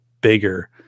bigger